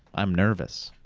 i'm nervous.